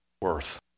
worth